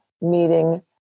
meeting